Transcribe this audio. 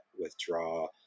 withdraw